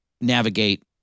navigate